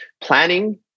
planning